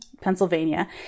Pennsylvania